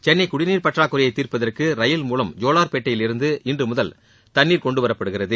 சென்னை குடிநீர் பற்றாக்குறையை தீர்ப்பதற்கு ரயில் மூலம் ஜோலார்பேட்டையிலிருந்து இன்று முதல் தண்ணீர் கொண்டுவரப்படுகிறது